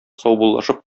саубуллашып